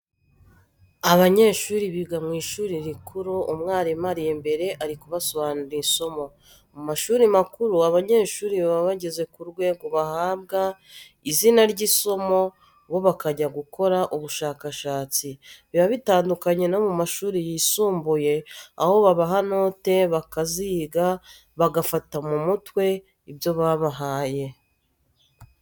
Abanyeshuri biga mu ishuri rikuru umwarimu ari imbere ari kubasobanurira isomo. Mu mashuri makuru abanyeshuri baba bageze ku rwego bahabwa izina ry'isomo bo bakajya gukora ubushakashatsi, biba bitandukanye no mu mashuri yisumbuye aho babaha note bakaziga, bagafata mu mutwe ibyo babahaye.